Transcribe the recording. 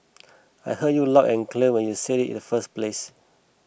I heard you loud and clear when you said it the first place